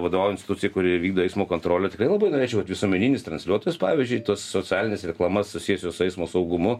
vadovauju institucijai kuri vykdo eismo kontrolę tikrai labai norėčiau kad visuomeninis transliuotojas pavyzdžiui tos socialines reklamas susijusias su eismo saugumu